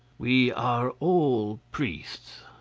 we are all priests.